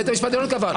בית המשפט העליון קבע.